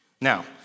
Now